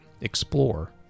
Explore